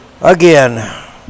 Again